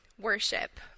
worship